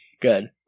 Good